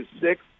six